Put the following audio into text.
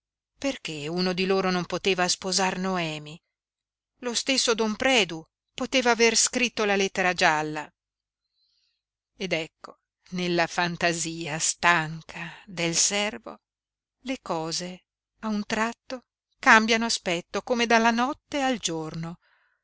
perché uno di loro non poteva sposar noemi lo stesso don predu poteva aver scritto la lettera gialla ed ecco nella fantasia stanca del servo le cose a un tratto cambiano aspetto come dalla notte al giorno